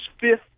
fifth